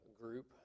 group